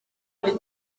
ari